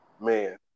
Man